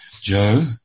Joe